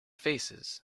faces